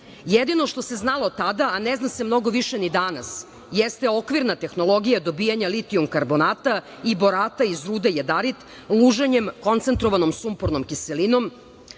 Jedino što se znalo tada, a ne zna se mnogo više ni danas, jeste okvirna tehnologija dobijanja litijum-karbonata i borata iz rude jadarit, luženjem koncentrovanom sumpornom kiselinom. Procena